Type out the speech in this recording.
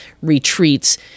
retreats